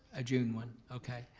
a june one, okay.